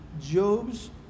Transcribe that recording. Job's